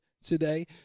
today